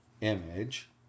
image